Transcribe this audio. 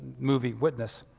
movie witness.